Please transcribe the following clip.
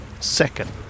second